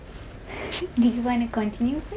did you want to continue first